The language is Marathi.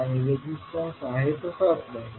आणि रेजिस्टन्स आहे तसाच राहील